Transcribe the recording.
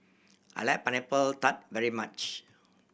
I like Pineapple Tart very much